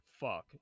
fuck